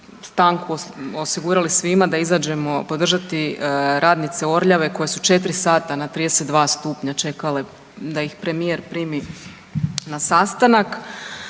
stanku osigurali svima da izađemo podržati radnice „Orljave“ koje su četiri sata na 32 stupnja čekale da ih premijer primi na sastanak.